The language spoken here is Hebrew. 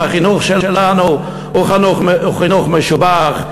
החינוך שלנו הוא חינוך משובח,